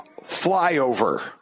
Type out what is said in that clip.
flyover